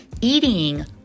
Eating